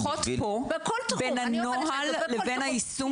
אני רוצה שלפחות כאן יודגש ההבדל בין הנוהל לבין יישומו.